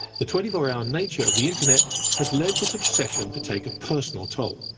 the twenty four hour nature of the internet has led this obsession to take a personal toll.